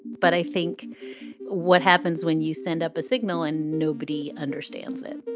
but i think what happens when you send up a signal and nobody understands it,